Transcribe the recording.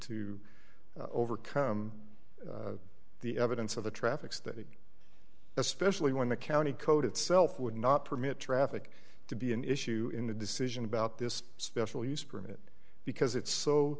to overcome the evidence of the traffic's that especially when the county code d itself would not permit traffic to be an issue in the decision about this special use permit because it's so